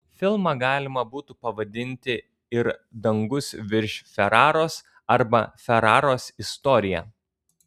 filmą galima būtų pavadinti ir dangus virš feraros arba feraros istorija